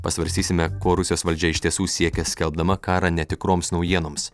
pasvarstysime ko rusijos valdžia iš tiesų siekia skelbdama karą netikroms naujienoms